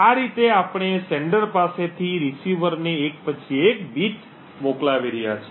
આ રીતે આપણે પ્રેષક પાસેથી પ્રાપ્તકર્તા ને એક પછી એક બીટ મોકલાવી રહ્યાં છીએ